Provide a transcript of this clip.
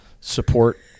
support